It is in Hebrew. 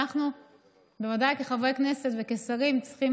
אנחנו כחברי כנסת וכשרים בוודאי צריכים